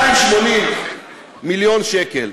280. 280 מיליון שקל.